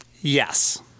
Yes